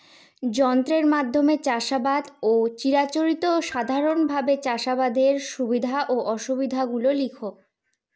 যন্ত্রের মাধ্যমে চাষাবাদ ও চিরাচরিত সাধারণভাবে চাষাবাদের সুবিধা ও অসুবিধা গুলি লেখ?